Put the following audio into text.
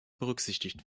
berücksichtigt